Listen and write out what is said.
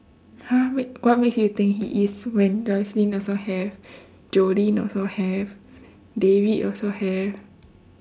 !huh! wait what makes you think he is when joycelyn also have jolin also have david also have